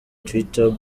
twitter